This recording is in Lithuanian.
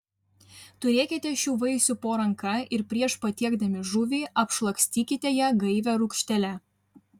turėkite šių vaisių po ranka ir prieš patiekdami žuvį apšlakstykite ją gaivia rūgštele